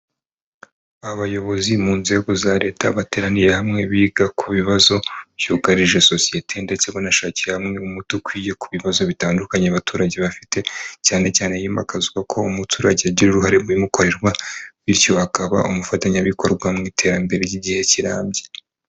Abayobozi mu nzego za leta bateraniye hamwe biga ku bibazo byugarije sosiyete ndetse banashakira hamwe umuti ukwiye ku bibazo bitandukanye abaturage bafite cyane cyane himakazwa ko umuturage agira uruhare mu bimukorerwa bityo akaba umufatanyabikorwa mu iterambere ry'igihe kirambye.